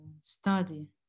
study